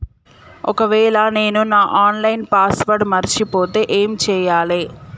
ఒకవేళ నేను నా ఆన్ లైన్ పాస్వర్డ్ మర్చిపోతే ఏం చేయాలే?